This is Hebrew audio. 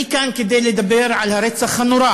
אני כאן כדי לדבר על הרצח הנורא